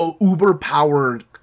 uber-powered